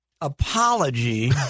apology